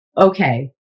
Okay